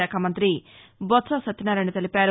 శాఖ మంగ్రతి బొత్స సత్యనారాయణ తెలిపారు